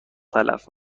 تلف